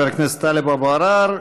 תודה, חבר הכנסת טלב אבו עראר.